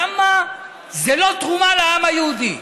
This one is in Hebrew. למה זה לא תרומה לעם היהודי?